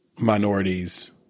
minorities